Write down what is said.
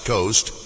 Coast